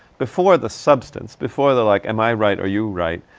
before the substance. before the like, am i right, are you right,